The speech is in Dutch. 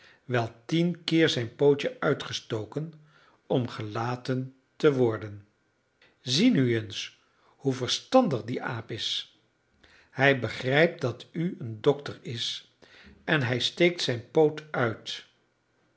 wel tien keer zijn pootje uitgestoken om gelaten te worden zie nu eens hoe verstandig die aap is hij begrijpt dat u een dokter is en hij steekt zijn poot uit